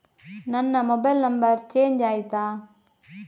ನನ್ನ mobile number change ಆಯ್ತಾ?